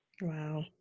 Wow